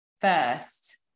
first